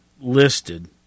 listed